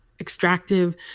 extractive